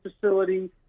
facility